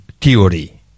theory